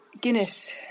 guinness